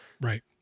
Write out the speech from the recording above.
right